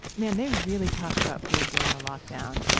man, they really talked about food during the lockdown.